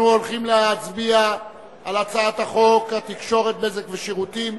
אנחנו הולכים להצביע על הצעת חוק התקשורת (בזק ושירותים)